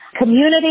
community